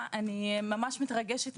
אני אגיד יותר מזה,